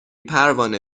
پروانه